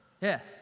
Yes